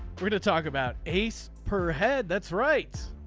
free to talk about ace per head. that's right